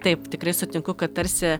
taip tikrai sutinku kad tarsi